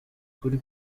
kuri